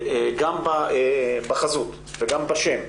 גם בחזות וגם בשם,